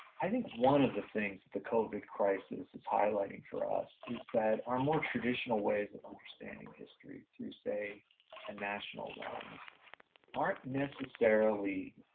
i think one of the things that the covid crisis is highlighting for us is that our more traditional ways of understanding history through say a national lens aren't necessarily